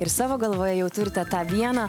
ir savo galvoje jau turite tą vieną